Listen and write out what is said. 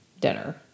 dinner